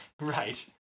Right